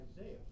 Isaiah